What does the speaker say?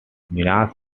minas